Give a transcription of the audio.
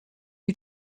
you